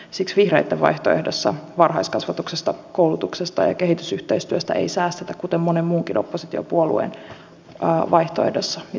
siksi vihreitten vaihtoehdossa varhaiskasvatuksesta koulutuksesta ja kehitysyhteistyöstä ei säästetä kuten monen muunkin oppositiopuolueen vaihtoehdossa ja se on arvovalinta